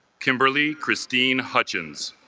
kimberly christine hutchins